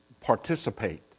participate